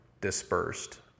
dispersed